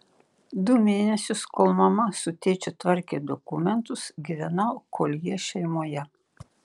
du mėnesius kol mama su tėčiu tvarkė dokumentus gyvenau koljė šeimoje